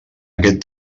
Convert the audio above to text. aquest